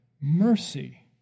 mercy